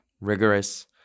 rigorous